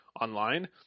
online